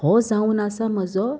हो जावन आसा म्हजो